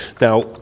Now